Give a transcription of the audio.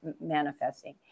manifesting